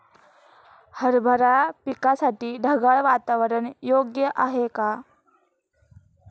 हरभरा पिकासाठी ढगाळ वातावरण योग्य आहे का?